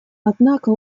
однако